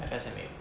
F_S_N 没有